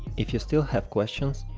if you still have questions,